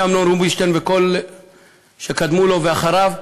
מאמנון רובינשטיין וכל אלה שקדמו לו, ואחריו,